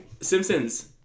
Simpsons